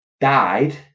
died